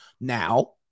Now